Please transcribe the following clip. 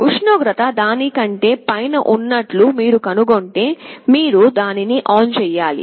ఉష్ణోగ్రత దాని కంటేపైన ఉన్నట్లు మీరు కనుగొంటే మీరు దాన్ని ఆన్ చేయాలి